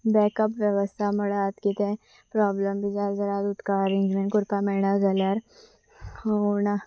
backup वेवस्था म्हणात कितें प्रोब्लम बी जाय जाल्यार उदक अरेंजमेंट कोरपाक मेळना जाल्यार